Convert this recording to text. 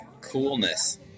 coolness